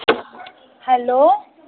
hello